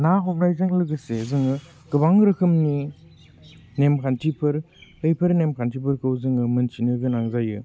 ना हमनायजों लोगोसे जोङो गोबां रोखोमनि नेमखान्थिफोर बैफोर नेमान्थिफोरखौ जोङो मोनथिनो गोनां जायो